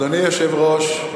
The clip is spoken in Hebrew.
אדוני היושב-ראש,